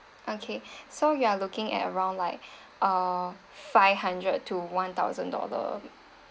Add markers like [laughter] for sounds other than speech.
okay [breath] so you are looking at around like [breath] uh five hundred to one thousand dollar